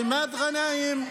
עימאד גנאים,